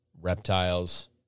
reptiles